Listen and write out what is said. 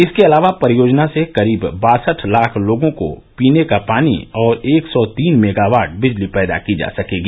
इसके अलावा परियोजना से करीब बासठ लाख लोगों को पीने का पानी और एक सौ तीन मेगावाट बिजली पैदा की जा सकेगी